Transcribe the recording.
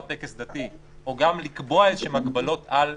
טקס דתי או גם לקבוע איזשהן הגבלות על הפגנה,